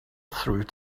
through